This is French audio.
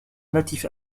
natif